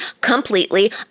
completely